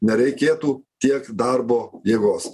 nereikėtų tiek darbo jėgos